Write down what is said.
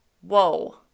Whoa